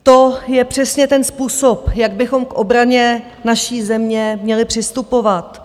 To je přesně ten způsob, jak bychom k obraně naší země měli přistupovat.